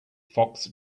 fox